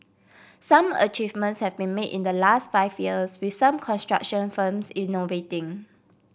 some achievements have been made in the last five years with some construction firms innovating